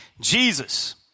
jesus